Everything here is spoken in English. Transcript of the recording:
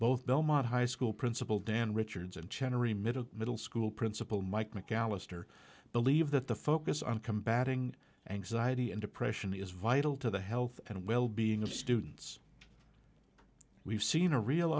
both belmont high school principal dan richards and chen remitted middle school principal mike mcallister believe that the focus on combating anxiety and depression is vital to the health and wellbeing of students we've seen a real